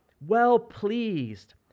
well-pleased